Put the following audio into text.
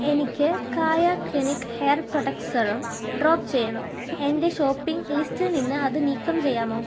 എനിക്ക് Kaya clinic hair protect serum drop ചെയ്യണം എന്റെ ഷോപ്പിംഗ് ലിസ്റ്റിൽ നിന്ന് അത് നീക്കം ചെയ്യാമോ